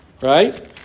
right